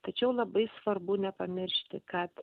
tačiau labai svarbu nepamiršti kad